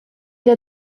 der